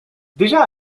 déjà